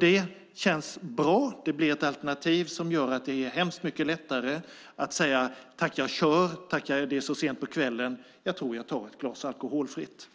Det känns bra. Det blir ett alternativ som gör att det är hemskt mycket lättare att säga: Tack, jag kör. Tack, det är så sent på kvällen, jag tror jag tar ett glas alkoholfritt.